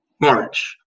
March